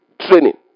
training